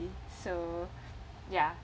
family so ya